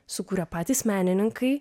sukūrė patys menininkai